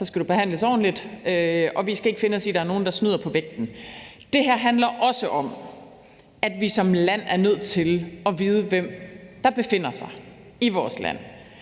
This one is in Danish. skal du behandles ordentligt, for vi skal ikke finde os i, at der er nogle, der snyder på vægten. Det her handler også om, at vi som land er nødt til at vide, hvem der befinder sig i vores land.